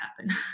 happen